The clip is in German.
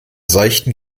seichten